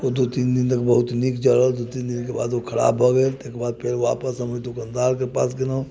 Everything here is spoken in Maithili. ओ दू तीन दिन तक बहुत नीक जरल दू तीन दिनके बाद ओ खराब भऽ गेल ताहिके बाद हम वापस ओहि दोकानदारके पास गेलहुँ